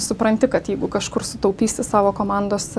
supranti kad jeigu kažkur sutaupysi savo komandos